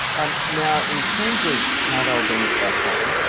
um now in terms of how they'll bring it back on,